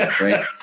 right